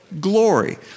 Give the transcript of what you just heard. glory